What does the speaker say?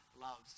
loves